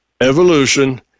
evolution